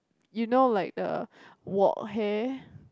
you know like the Wok Hey